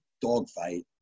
dogfight